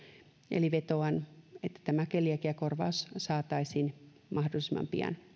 eli vetoan että tämä keliakiakorvaus saataisiin mahdollisimman pian palautettua